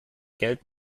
geld